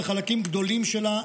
בחלקים גדולים שלה,